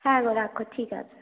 হ্যাঁ গো রাখো ঠিক আছে